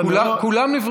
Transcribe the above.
אני לא נתניהו,